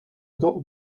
got